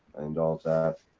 and all of that.